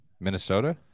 Minnesota